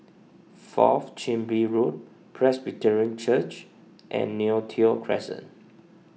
Fourth Chin Bee Road Presbyterian Church and Neo Tiew Crescent